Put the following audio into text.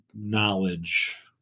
knowledge